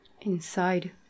inside